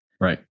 Right